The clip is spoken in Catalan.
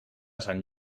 sant